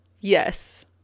Yes